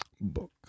book